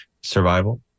survival